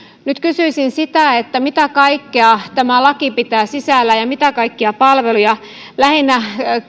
nyt kysyisin mitä kaikkea tämä laki pitää sisällään ja mitä kaikkia palveluja lähinnä